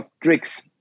tricks